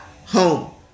home